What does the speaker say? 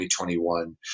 2021